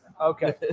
okay